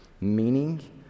meaning